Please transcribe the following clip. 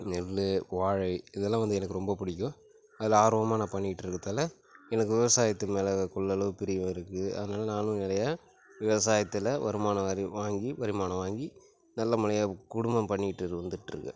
நெல் வாழை இதெலாம் வந்து எனக்கு ரொம்ப பிடிக்கும் அதில் ஆர்வமாக நான் பண்ணிட்டுருக்கறதால எனக்கு விவசாயத்து மேலே கொள்ளளவு பிரியம் இருக்கு அதனால் நானும் நிறைய விவசாயத்தில் வருமானம் வரி வாங்கி வரிமானம் வாங்கி நல்லமனையாக குடும்பம் பண்ணிட்டு வந்துட்டுருக்கேன்